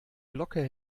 glocke